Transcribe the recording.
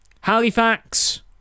Halifax